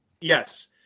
Yes